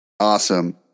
Awesome